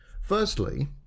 Firstly